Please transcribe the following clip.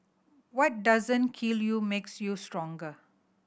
what doesn't kill you makes you stronger